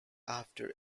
after